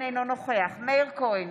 אינו נוכח מאיר כהן,